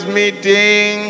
meeting